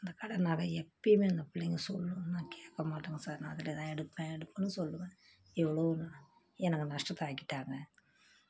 அந்த கடை நகை எப்பையுமே என் பிள்ளைங்க சொல்லுங்க நான் கேட்கமாட்டேங்க சார் நான் அதில் தான் எடுப்பேன் எடுப்பேனு சொல்லுவேன் எவ்வளோ நாள் எனக்கு நஷ்டத்தை ஆக்கிட்டாங்க